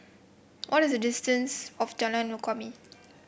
what is the distance of Jalan Kumia